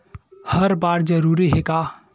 हर बार जरूरी हे का?